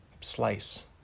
slice